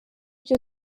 byo